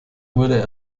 wurde